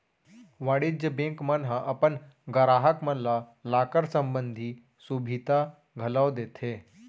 वाणिज्य बेंक मन ह अपन गराहक मन ल लॉकर संबंधी सुभीता घलौ देथे